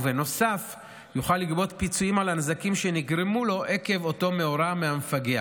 ובנוסף יוכל לגבות פיצויים על הנזקים שנגרמו לו עקב אותו מאורע מהמפגע,